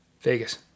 Vegas